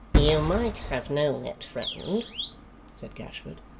you might have known it, friend said gashford,